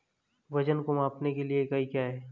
वजन को मापने के लिए इकाई क्या है?